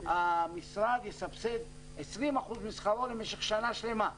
המשרד יסבסד 20% משכרו למשך שנה שלמה.